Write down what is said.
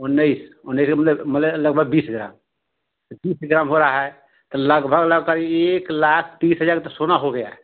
उन्नीस उन्नीस के मतलब मतलब लगभग बीस ग्राम तो बीस ग्राम हो रहा है तो लगभग आपका एक लाख तीस हजार तो सोना हो गया है